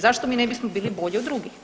Zašto mi ne bismo bili bolji od drugih?